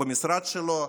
במשרד שלו.